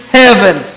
heaven